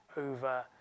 over